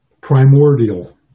primordial